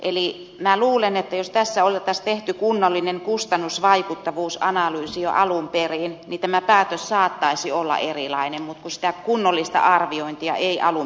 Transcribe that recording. eli minä luulen että jos tässä olisi tehty kunnollinen kustannus vaikuttavuusanalyysi jo alun perin niin tämä päätös saattaisi olla erilainen mutta kun sitä kunnollista arviointia ei alun perin tehty